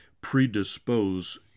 predispose